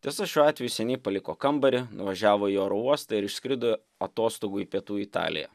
tiesa šiuo atveju seniai paliko kambarį nuvažiavo į oro uostą ir išskrido atostogų į pietų italiją